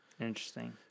Interesting